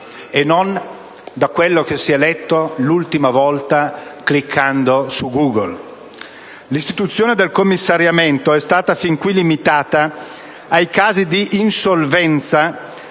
(e non da quanto si è letto l'ultima volta cliccando su Google). L'istituzione del commissariamento è stata fin qui limitata ai casi di insolvenza